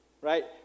right